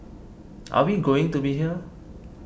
are we going to be here